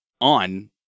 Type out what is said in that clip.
on